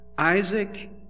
Isaac